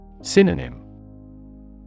Synonym